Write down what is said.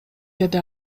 деди